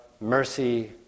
mercy